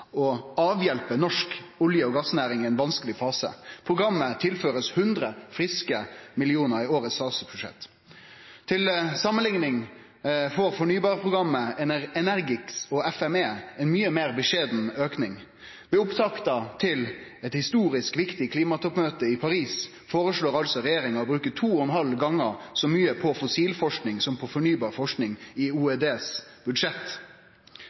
og avhjelpe norsk olje- og gassnæring i ein vanskeleg fase. Programmet blir tilført 100 friske millionar i årets statsbudsjett. Til samanlikning får fornybarprogrammet ENERGIX og FME ei mykje meir beskjeden auking. Ved opptakta til eit historisk viktig klimatoppmøte i Paris føreslår altså regjeringa å bruke to og ein halv gonger så mykje på fossilforsking som på fornybarforsking i OEDs budsjett.